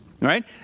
Right